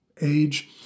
age